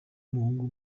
umuhungu